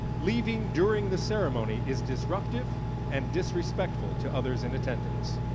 leaving during the ceremony is disruptive and disrespectful to others in attendance.